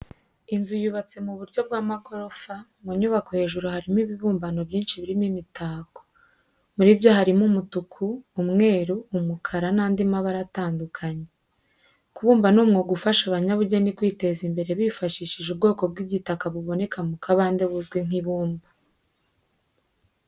Inzu yubatse mu buryo bw'amagorofa, mu nyubako hejuru harimo ibibumbano byinshi birimo imitako. Muri byo harimo ubutuka, umweru, umukara n'andi mabara atandukanye. Kubumba ni umwuga ufasha abanyabugeni kwiteza imbere bifashishije ubwoko bw'igitaka buboneka mu kabande buzwi nk'ibumba.